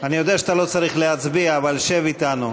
אני יודע שאתה לא צריך להצביע, אבל שב אתנו.